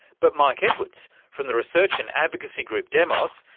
but mike edwards from the research and advocacy group demos,